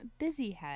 Busyhead